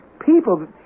people